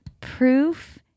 Proof